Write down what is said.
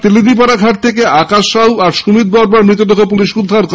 তেলেনীপাড়া ঘাট থেকে আকাশ সাউ আর সুমিত বর্মার মৃতদেহ পুলিশ উদ্ধার করে